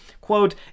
quote